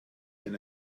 denn